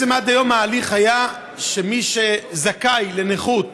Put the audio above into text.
עד היום ההליך היה שמי שזכאי לנכות